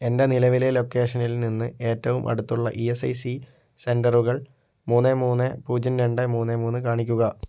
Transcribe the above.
എൻ്റെ നിലവിലെ ലൊക്കേഷനിൽ നിന്ന് ഏറ്റവും അടുത്തുള്ള ഇ എസ് ഐ സി സെന്ററുകൾ മൂന്ന് മൂന്ന് പൂജ്യം രണ്ട് മൂന്ന് മൂന്ന് കാണിക്കുക